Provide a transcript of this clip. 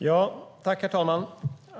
Herr talman!